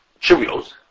Cheerios